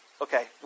Okay